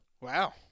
Wow